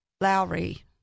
lowry